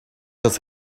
does